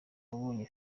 wayoboye